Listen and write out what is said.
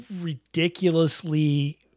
ridiculously